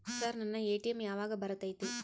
Sir ನನ್ನ ATM ಯಾವಾಗ ಬರತೈತಿ?